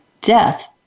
death